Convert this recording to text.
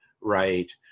right